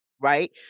right